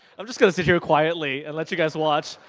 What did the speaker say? i'm just going to sit here quietly and let you guys watch.